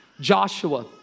Joshua